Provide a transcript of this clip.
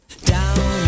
Down